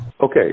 Okay